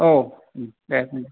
औ दे